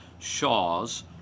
Shaw's